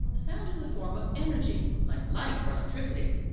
sound is a form of energy. like light or electricity.